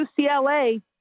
UCLA